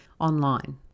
online